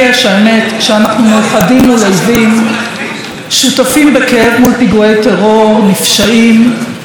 שותפים בכאב מול פיגועי טרור נפשעים ואחים ממש ביציאה לקרב.